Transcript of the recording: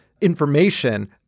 information